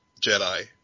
Jedi